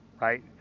right